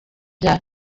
bya